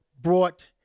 brought